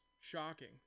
shocking